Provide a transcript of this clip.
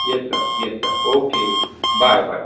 yes sir yes sir okay bye bye